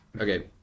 Okay